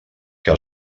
que